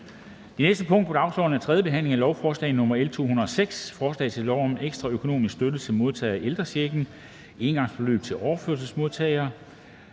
Det næste punkt på dagsordenen er: 3) 3. behandling af lovforslag nr. L 206: Forslag til lov om en ekstra økonomisk støtte til modtagere af ældrechecken, engangsbeløb til overførselsmodtagere,